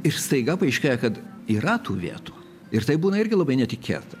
ir staiga paaiškėja kad yra tų vietų ir tai būna irgi labai netikėta